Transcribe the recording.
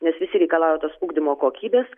nes visi reikalauja tos ugdymo kokybės